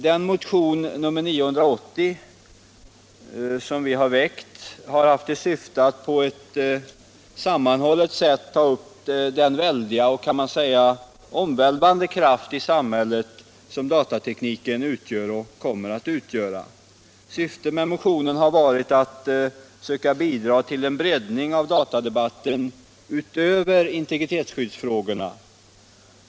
Den motion, nr 980, som vi har väckt har haft till syfte att på ett sammanhållet sätt ta upp den väldiga och, kan man säga, omvälvande kraft i samhället som datatekniken utgör och kommer att utgöra. Syftet med motionen har varit att söka bidra till en breddning av datadebatten utöver integritetsskyddsfrågorna.